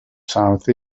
south